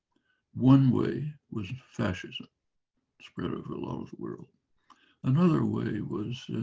one way was fascism spread over a lot of the world another way was